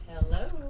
Hello